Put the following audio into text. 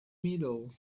middle